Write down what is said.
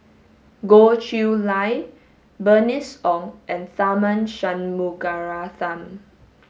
Goh Chiew Lye Bernice Ong and Tharman Shanmugaratnam